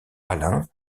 alain